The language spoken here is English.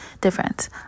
difference